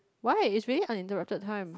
why it's really uninterrupted time